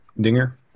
Dinger